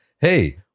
hey